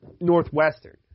Northwestern